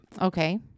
Okay